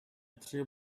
tree